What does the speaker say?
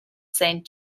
saint